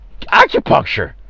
Acupuncture